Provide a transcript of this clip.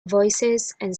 voicesand